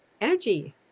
energy